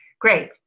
Great